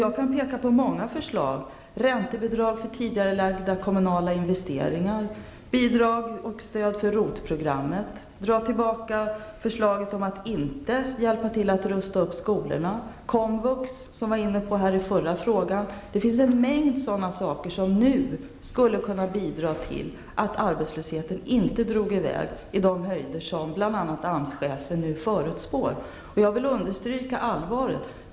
Jag kan peka på många förslag: räntebidrag för en tidigareläggning av kommunala investeringar, bidrag och stöd för ROT-programmet, att man drar tillbaka förslaget att inte hjälpa till med en upprustning av skolorna, komvux, som togs upp i den förra frågan. Det finns en mängd sådana åtgärder som nu skulle kunna bidra till att arbetslösheten inte drar i väg på de höjder som bl.a. AMS-chefen nu förutspår. Jag vill understryka allvaret.